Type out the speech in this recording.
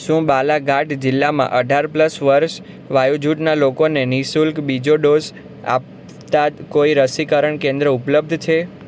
શું બાલાઘાટ જિલ્લામાં અઢાર પ્લસ વર્ષ વય જૂથનાં લોકોને નિઃશુલ્ક બીજો ડોઝ આપતાં કોઈ રસીકરણ કેન્દ્ર ઉપલબ્ધ છે